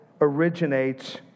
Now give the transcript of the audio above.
originates